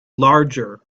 larger